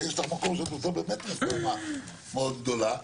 יש לך מקום שאת עושה באמת רפורמה מאוד גדולה.